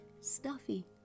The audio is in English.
Stuffy